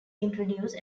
introduce